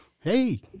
hey